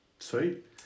Sweet